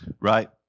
right